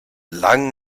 langem